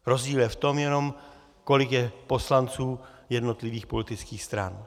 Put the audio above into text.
Rozdíl je v tom jenom, kolik je poslanců jednotlivých politických stran.